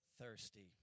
thirsty